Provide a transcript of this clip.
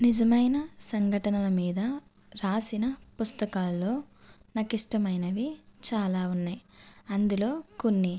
నిజమైన సంఘటనల మీద రాసిన పుస్తకాల్లో నాకు ఇష్టమైనవి చాలా ఉన్నాయి అందులో కొన్ని